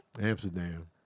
Amsterdam